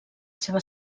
seva